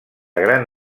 gran